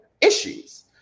issues